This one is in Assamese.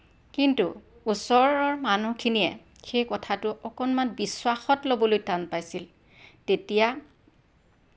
কিন্তু ওচৰৰ মানুহখিনিয়ে সেই কথাটো অকণমান বিশ্বাসত ল'বলৈ টান পাইছিল তেতিয়া